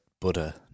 Buddha